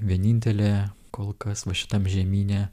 vienintelė kol kas va šitam žemyne